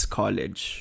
college